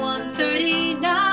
139